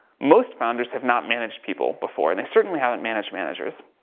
most founders have not managed people before and they certainly haven't managed managers.